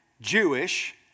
Jewish